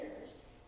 years